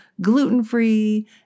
gluten-free